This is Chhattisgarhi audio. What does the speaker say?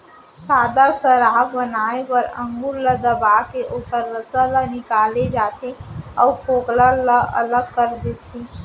सादा सराब बनाए बर अंगुर ल दबाके ओखर रसा ल निकाल ले जाथे अउ फोकला ल अलग कर देथे